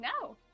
No